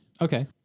Okay